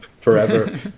forever